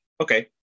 okay